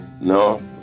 No